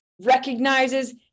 recognizes